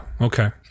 Okay